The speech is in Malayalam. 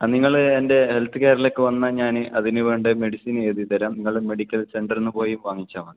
ആ നിങ്ങൾ എൻ്റെ ഹെൽത്ത് കെയറിലേക്ക് വന്നാൽ ഞാൻ അതിനു വേണ്ട മെഡിസിൻ എഴുതിത്തരാം നിങ്ങൾ മെഡിക്കൽ സെൻ്ററിൽ നിന്നു പോയി വാങ്ങിച്ചാൽ മതി അത്